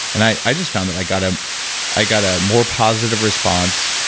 and i i just found that i got ah i got a more positive response,